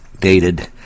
Dated